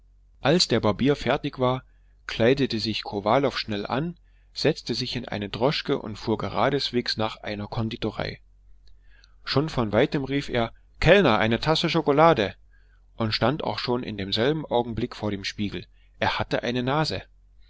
als der barbier fertig war kleidete sich kowalow schnell an setzte sich in eine droschke und fuhr geradeswegs nach einer konditorei schon von weitem rief er kellner eine tasse schokolade und stand auch schon in demselben augenblick vor dem spiegel er hat eine nase